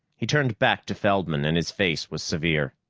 he turned back to feldman, and his face was severe.